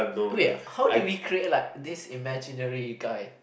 okay how do we create like this imaginary guy